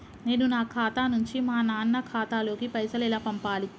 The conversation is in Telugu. నేను నా ఖాతా నుంచి మా నాన్న ఖాతా లోకి పైసలు ఎలా పంపాలి?